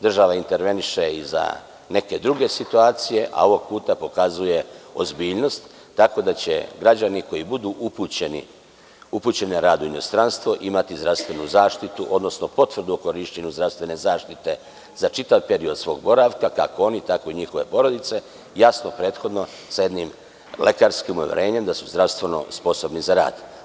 Država interveniše i za neke druge situacije, a ovog puta pokazuje ozbiljnost, tako da će građani koji budu upućeni na rad u inostranstvo, imati zdravstvenu zaštitu, odnosno potvrdu o korišćenju zdravstvene zaštite za čitav period svog boravka, kako oni tako i njihove porodice, jasno, prethodno sa jednim lekarskim uverenjem da su zdravstveno sposobni za rad.